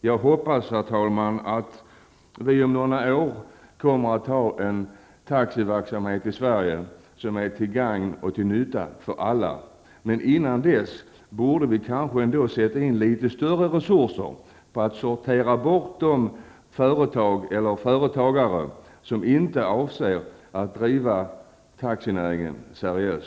Jag hoppas, herr talman, att vi om några år kommer att ha en taxiverksamhet i Sverige som är till gagn och till nytta för alla. Men intill dess borde vi kanske ändå sätta in litet större resurser för att sortera bort de företag eller företagare som inte avser att driva taxiverksamheten seriöst.